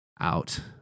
out